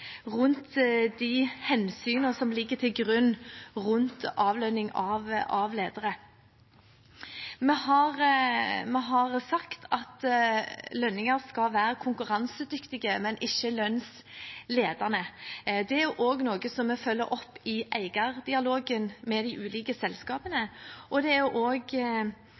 rundt de hensyn som ligger til grunn for avlønning av ledere. Vi har sagt at lønninger skal være konkurransedyktige, men ikke lønnsledende. Det er noe vi følger opp i eierdialogen med de ulike selskapene, og det er